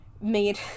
made